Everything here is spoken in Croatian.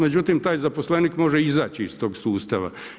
Međutim, taj zaposlenik može izaći iz tog sustava.